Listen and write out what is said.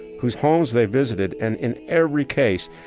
whose homes they visited. and in every case,